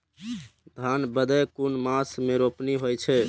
धान भदेय कुन मास में रोपनी होय छै?